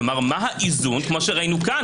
כפי שראינו פה,